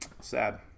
Sad